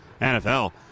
NFL